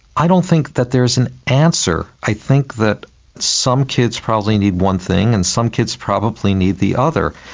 i don't think that there is an answer. i think that some kids probably need one thing and some kids probably need the other.